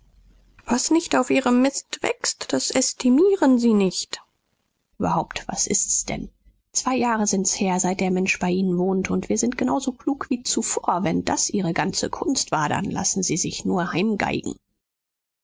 was nicht auf ihrem mist wächst das ästimieren sie nicht überhaupt was ist's denn zwei jahre sind's her seit der mensch bei ihnen wohnt und wir sind genau so klug wie zuvor wenn das ihre ganze kunst war dann lassen sie sich nur heimgeigen